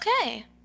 okay